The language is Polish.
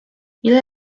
ile